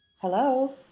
Hello